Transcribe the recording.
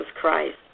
Christ